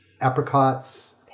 apricots